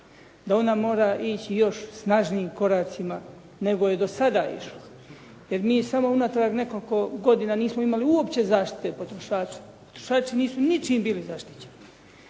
da ona mora ići još snažnijim koracima nego je do sada išla. Jer mi do unatrag nekoliko godina nismo imali uopće zaštite potrošača. Potrošači nisu ničim bili zaštićeni.